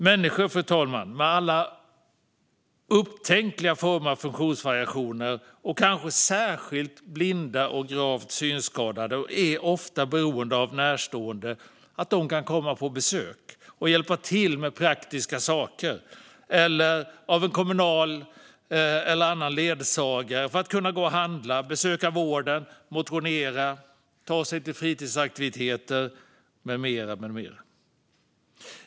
Människor, fru talman, med alla upptänkliga former av funktionsvariationer och kanske särskilt blinda och gravt synskadade är ofta beroende av att närstående kan komma på besök och hjälpa till med praktiska saker eller av en kommunal eller annan ledsagare för att kunna gå och handla, besöka vården, motionera och ta sig till fritidsaktiviteter med mera.